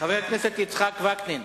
חבר הכנסת יצחק וקנין.